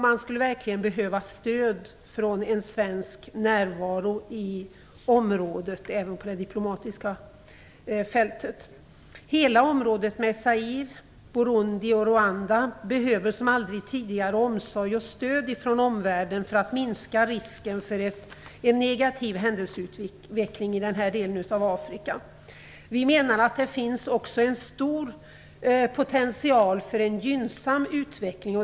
De skulle verkligen behöva stöd från en svensk närvaro i området även på det diplomatiska fältet. Hela området med Zaire, Burundi och Rwanda behöver som aldrig tidigare omsorg och stöd från omvärlden för att minska risken för en negativ händelseutveckling i denna del av Afrika. Vi menar att det finns en stor potential för en gynnsam utveckling.